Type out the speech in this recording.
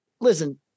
Listen